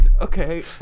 Okay